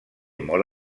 molt